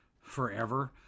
forever